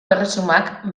erresumak